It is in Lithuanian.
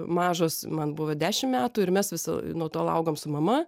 mažos man buvo dešimt metų ir mes vis nuo tol augom su mama